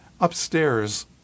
Upstairs